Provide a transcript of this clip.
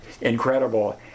incredible